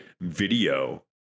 video